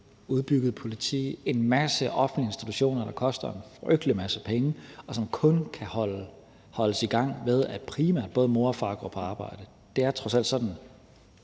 udbygget politi, en masse offentlige institutioner, der koster en frygtelig masse penge, og som primært kun kan holdes i gang ved, at både mor og far går på arbejde. Det er trods alt sådan,